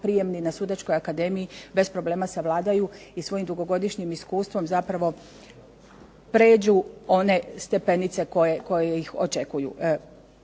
prijemni na Sudačkoj akademiji bez problema savladaju i svojim dugogodišnjim iskustvom zapravo pređu one stepenice koje ih očekuju.